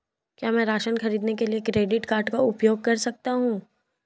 क्या मैं राशन खरीदने के लिए क्रेडिट कार्ड का उपयोग कर सकता हूँ?